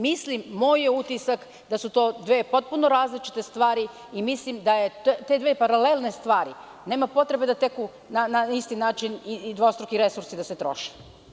Mislim, moj je utisak da su to dve potpuno različite stvari i mislim da te dve paralelne stvari nema potrebe da teku na isti način i dvostruki resursi da se troše.